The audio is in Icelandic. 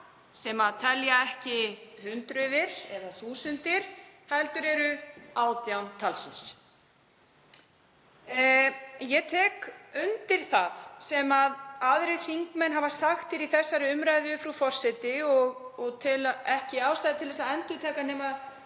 sem telja ekki hundruð eða þúsundir heldur eru 18 talsins. Ég tek undir það sem aðrir þingmenn hafa sagt í þessari umræðu, frú forseti, og tel ekki ástæðu til að endurtaka nema